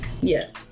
Yes